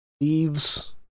Leaves